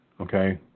okay